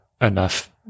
enough